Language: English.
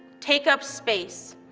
take up space,